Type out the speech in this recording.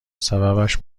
سببش